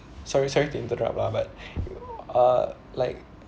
sorry sorry to interrupt ah but uh like